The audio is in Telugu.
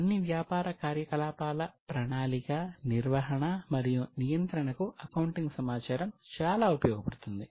అన్ని వ్యాపార కార్యకలాపాల ప్రణాళిక నిర్వహణ మరియు నియంత్రణకు అకౌంటింగ్ సమాచారం చాలా ఉపయోగపడుతుంది